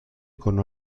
con